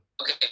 Okay